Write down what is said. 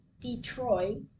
Detroit